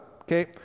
okay